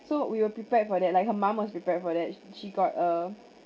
so we were prepared for that like her mum was prepared for that she she got a